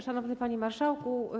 Szanowny Panie Marszałku!